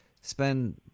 spend